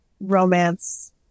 romance